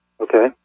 Okay